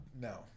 No